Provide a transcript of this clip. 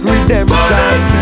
Redemption